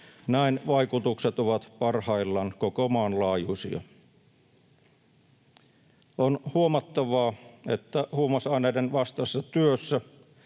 Näin vaikutukset ovat parhaimmillaan koko maan laajuisia. On huomattava, että huumausaineiden vastaisessa työssä